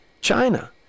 China